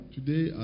Today